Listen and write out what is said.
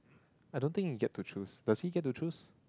I don't think you get to choose does he get to choose